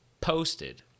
posted